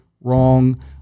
wrong